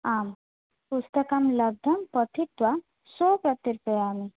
आं पुस्तकं लब्धं पठित्वा श्वः प्रत्यर्पयामि